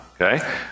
okay